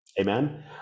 amen